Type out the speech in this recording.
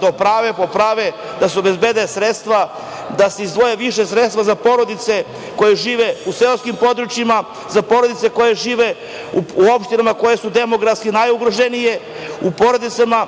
do prave, poprave, da se obezbede sredstva, da se izdvoje više sredstva za porodice koje žive u seoskim područjima, za porodice koje žive u opštinama koje su demografski najugroženije, u porodicama